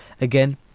again